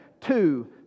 two